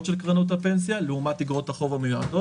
של קרנות הפנסיה לעומת איגרות החוב המיועדות.